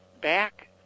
back